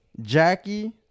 jackie